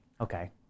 Okay